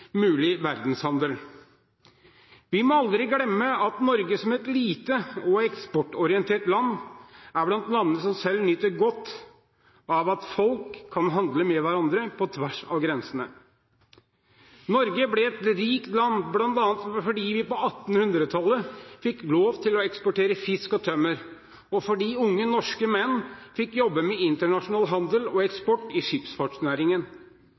mulig verdenshandel. Vi må aldri glemme at Norge som et lite og eksportorientert land er blant landene som selv nyter godt av at folk kan handle med hverandre på tvers av grensene. Norge ble et rikt land bl.a. fordi vi på 1800-tallet fikk lov til å eksportere fisk og tømmer, og fordi unge norske menn fikk jobbe med internasjonal handel og eksport i skipsfartsnæringen.